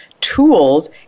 tools